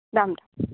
Ram